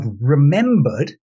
remembered